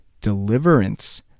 deliverance